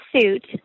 suit